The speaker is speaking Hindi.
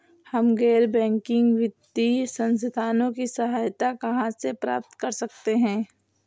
हम गैर बैंकिंग वित्तीय संस्थानों की सहायता कहाँ से प्राप्त कर सकते हैं?